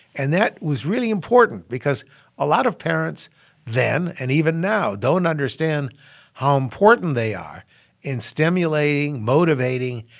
and that was really important because a lot of parents then and even now don't understand how important they are in stimulating, motivating,